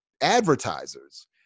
advertisers